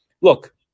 look